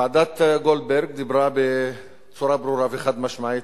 ועדת-גולדברג דיברה בצורה ברורה וחד-משמעית,